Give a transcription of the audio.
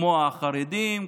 כמו החרדים,